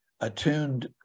attuned